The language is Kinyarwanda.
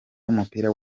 w’umupira